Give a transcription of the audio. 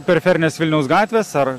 periferinės vilniaus gatvės ar